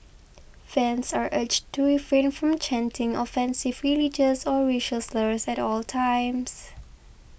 fans are urged to refrain from chanting offensive religious or racial slurs at all times